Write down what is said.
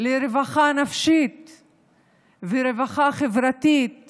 לרווחה נפשית ורווחה חברתית